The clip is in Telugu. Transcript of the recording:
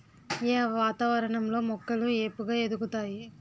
ఏ వాతావరణం లో మొక్కలు ఏపుగ ఎదుగుతాయి?